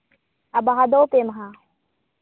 ᱟᱨ ᱵᱟᱦᱟ ᱫᱚ ᱯᱮ ᱢᱟᱦᱟ